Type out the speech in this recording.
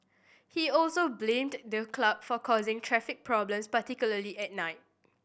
he also blamed the club for causing traffic problems particularly at night